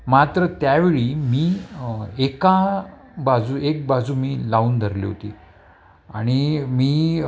मात्र त्यावेळी मी एका बाजू एक बाजू मी लावून धरली होती आणि मी